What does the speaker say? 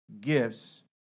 gifts